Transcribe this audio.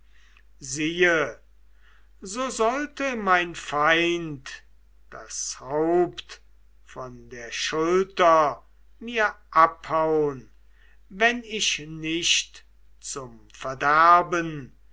siehe so sollte mein feind das haupt von der schulter mir abhaun wenn ich nicht zum verderben